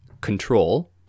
control